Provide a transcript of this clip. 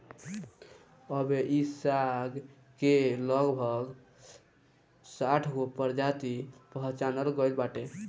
अबले इ साग के लगभग साठगो प्रजाति पहचानल गइल बाटे